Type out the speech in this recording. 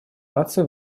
наций